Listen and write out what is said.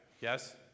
Yes